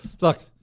Look